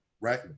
right